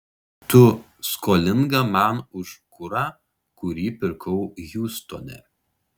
tu skolinga man už kurą kurį pirkau hjustone